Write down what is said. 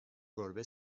گربه